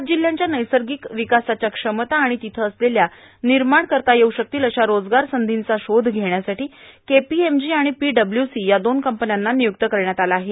सात जिल्ह्यांच्या नैसर्गिक विकासाच्या क्षमता आणि तिथं असलेल्या आणि निर्माण करता येऊ शकतील अशा रोजगार संधीचा शोध घेण्यासाठी केपीएमजी आणि पीडब्ल्यूसी या दोन कंपन्यांना निय्रक्त करण्यात आले होते